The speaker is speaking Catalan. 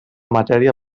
matèria